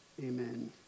Amen